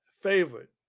favorite